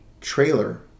trailer